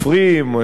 אמנים.